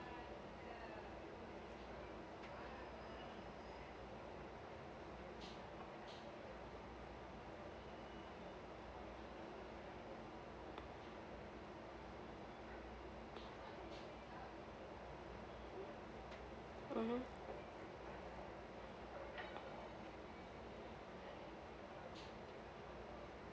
mmhmm